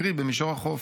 קרי במישור החוף."